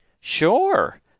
Sure